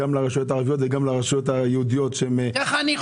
גם לרשויות הערביות וגם לרשויות היהודיות החלשות.